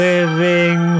Living